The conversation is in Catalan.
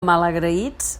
malagraïts